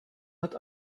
hat